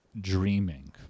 dreaming